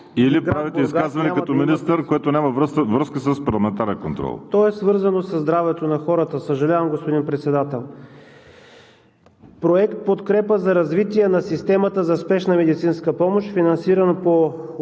или правите изказване като министър, което няма връзка с парламентарния контрол? МИНИСТЪР КОСТАДИН АНГЕЛОВ: То е свързано със здравето на хората – съжалявам, господин Председател. Проект „Подкрепа за развитие на системата за спешна медицинска помощ“, финансиран по